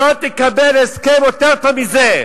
לא תקבל הסכם יותר טוב מזה,